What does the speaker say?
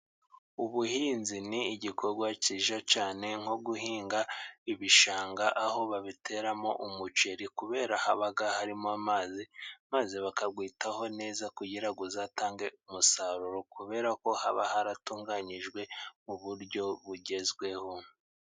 Ubuhinzi ni igikorwa cyiza cyane nko guhinga ibishanga, aho babiteramo umuceri kubera haba harimo amazi, maze bakawitaho neza kugirango uzatange umusaruro, kubera ko haba haratunganyijwe mu buryo bugezweho.